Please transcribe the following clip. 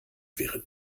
wäre